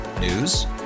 News